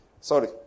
Sorry